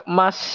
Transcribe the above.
mas